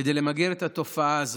כדי למגר את התופעה הזאת.